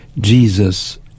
Jesus